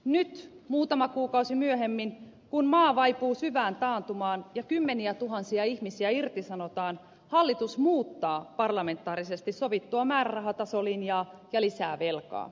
nyt muutama kuukausi myöhemmin kun maa vaipuu syvään taantumaan ja kymmeniätuhansia ihmisiä irtisanotaan hallitus muuttaa parlamentaarisesti sovittua määrärahatasolinjaa ja lisää velkaa